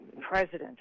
president